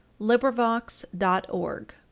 LibriVox.org